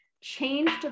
changed